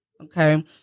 okay